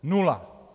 Nula!